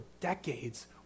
decades